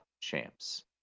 champs